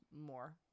more